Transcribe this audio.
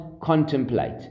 contemplate